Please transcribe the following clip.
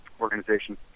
organization